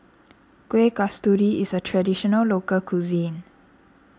Kueh Kasturi is a Traditional Local Cuisine